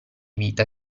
vita